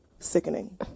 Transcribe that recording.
sickening